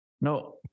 No